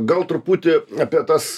gal truputį apie tas